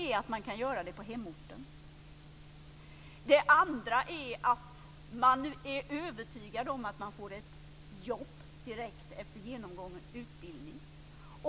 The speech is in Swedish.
För det första kan man läsa på hemorten. För det andra är man övertygad om att få jobb direkt efter genomgången utbildning.